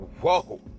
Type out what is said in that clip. Whoa